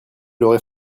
aurait